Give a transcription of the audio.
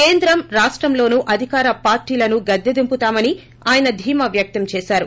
కేంద్రం రాష్టంలోనూ అధికార పార్టీలను గద్దె దింపుతామని ఆయన ధీమా వ్యక్తం చేశారు